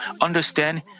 understand